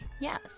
Yes